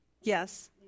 yes